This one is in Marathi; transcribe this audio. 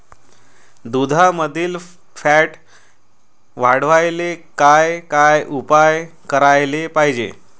दुधामंदील फॅट वाढवायले काय काय उपाय करायले पाहिजे?